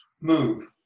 move